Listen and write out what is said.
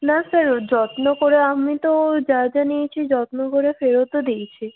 না স্যার যত্ন করে আমি তো যা যা নিয়েছি যত্ন করে ফেরতও দিয়েছি